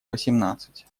восемнадцать